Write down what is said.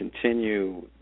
continue